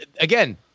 again